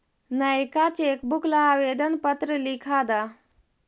नएका चेकबुक ला आवेदन पत्र लिखा द